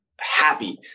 happy